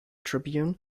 tribune